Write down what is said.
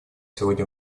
сегодня